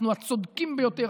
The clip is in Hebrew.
אנחנו הצודקים ביותר,